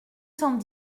cent